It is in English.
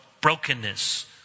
brokenness